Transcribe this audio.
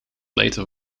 later